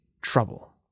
trouble